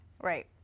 Right